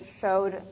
showed